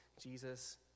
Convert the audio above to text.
Jesus